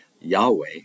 Yahweh